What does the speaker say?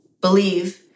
believe